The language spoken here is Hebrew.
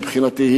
מבחינתי,